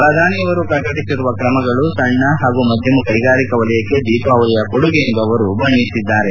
ಪ್ರಧಾನಿಯವರು ಪ್ರಕಟಿಸಿರುವ ತ್ರಮಗಳು ಸಣ್ಣ ಹಾಗೂ ಮಧ್ಯಮ ಕೈಗಾರಿಕಾ ವಲಯಕ್ಕೆ ದೀಪಾವಳಿಯ ಕೊಡುಗೆ ಎಂದು ಅವರು ಬಣ್ಣಿಸಿದ್ದಾರೆ